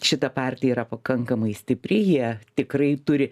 šita partija yra pakankamai stipri jie tikrai turi